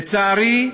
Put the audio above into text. לצערי,